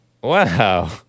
Wow